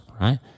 right